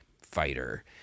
fighter